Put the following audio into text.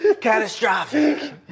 catastrophic